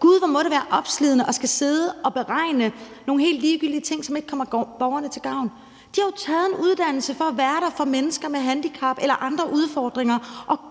Gud, hvor må det være opslidende at skulle sidde og beregne nogle helt ligegyldige ting, som ikke kommer borgerne til gavn. De har jo taget en uddannelse for at være der for mennesker med handicap eller andre udfordringer. Og